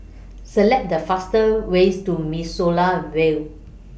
Select The faster ways to Mimosa Vale